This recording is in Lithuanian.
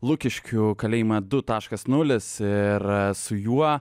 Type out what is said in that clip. lukiškių kalėjimą du taškas nulis ir su juo